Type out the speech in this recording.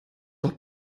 doch